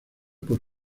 por